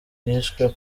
yishwe